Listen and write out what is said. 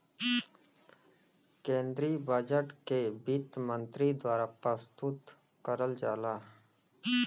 केन्द्रीय बजट के वित्त मन्त्री द्वारा प्रस्तुत करल जाला